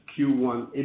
Q1